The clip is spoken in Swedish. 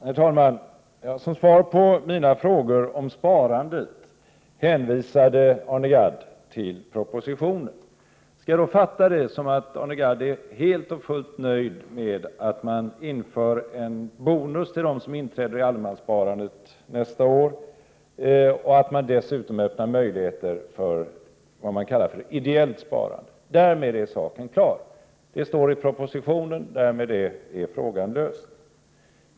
Herr talman! Som svar på mina frågor om sparandet hänvisade Arne Gadd till propositionen. Skall jag fatta det så, att Arne Gadd är helt och fullt nöjd med att man inför en bonus till dem som inträder i allemanssparandet nästa år och att man dessutom öppnar möjligheter för vad man kallar för ideellt sparande? Därmed är saken klar — det står i propositionen, och därmed är problemet löst?